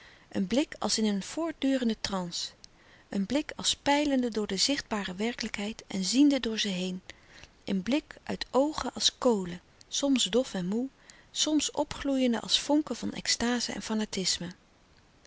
een blik als in een voortdurende transe een blik als peilende door de zichtbare louis couperus de stille kracht werkelijkheid en ziende door ze heen een blik uit oogen als kolen soms dof en moê soms opgloeiende als vonken van extaze en fanatisme